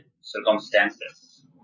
circumstances